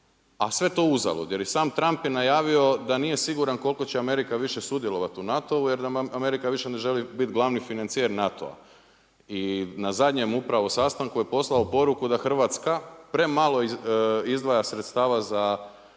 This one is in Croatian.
a sve to uzalud. Jer i sam Trump je najavio da nije siguran koliko će Amerika više sudjelovati u NATO-u jer Amerika više ne želi biti glavni financijer NATO-a. I na zadnjem upravo sastanku je poslao poruku da Hrvatska premalo izdvaja sredstava za